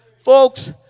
Folks